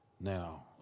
Now